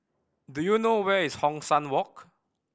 do you know where is Hong San Walk